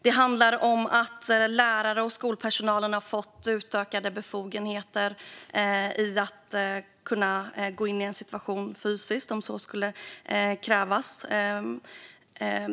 Det har handlat om att lärare och skolpersonal har fått utökade befogenheter att gå in i en situation fysiskt om så skulle krävas.